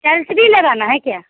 tiles भी लगाना है क्या